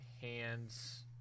hands